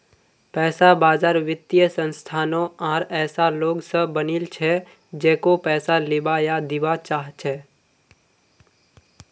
पैसा बाजार वित्तीय संस्थानों आर ऐसा लोग स बनिल छ जेको पैसा लीबा या दीबा चाह छ